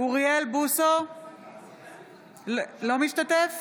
אינו משתתף